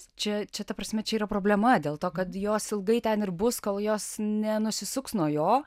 čia čia ta prasme čia yra problema dėl to kad jos ilgai ten ir bus kol jos nenusisuks nuo jo